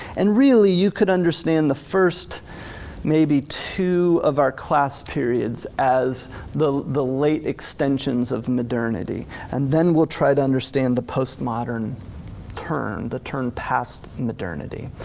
and really you could understand the first maybe two of our class periods as the the late extensions of modernity. and then we'll try to understand the post-modern term, the term past modernity.